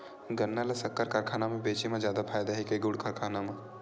गन्ना ल शक्कर कारखाना म बेचे म जादा फ़ायदा हे के गुण कारखाना म?